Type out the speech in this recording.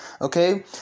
Okay